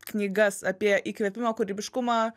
knygas apie įkvėpimą kūrybiškumą